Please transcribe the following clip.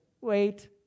wait